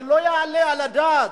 אבל לא יעלה על הדעת